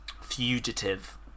fugitive